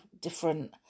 different